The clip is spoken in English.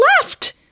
left